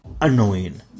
annoying